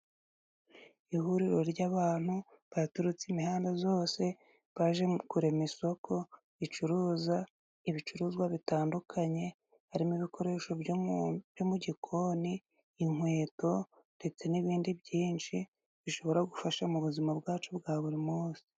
Ihuriro ry'abantu baturutse imihanda zose baje kurema isoko ricuruza ibicuruzwa bitandukanye, harimo ibikoresho mu gikoni, inkweto ndetse n'ibindi byinshi bishobora gufasha mu buzima bwacu bwa buri munsi.